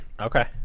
Okay